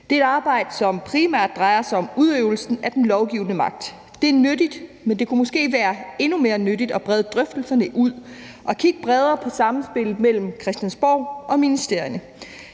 Det er et arbejde, som primært drejer sig om udøvelsen af den lovgivende magt. Det er nyttigt, men det kunne måske være endnu mere nyttigt at brede drøftelserne ud og kigge bredere på samspillet mellem Christiansborg og ministerierne.